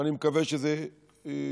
ואני מקווה שזה יתחזק.